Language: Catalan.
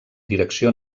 direcció